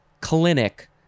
clinic